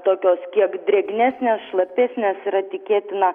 tokios kiek drėgnesnės šlapesnės yra tikėtina